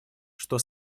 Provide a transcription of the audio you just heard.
что